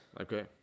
Okay